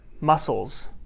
muscles